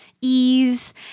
ease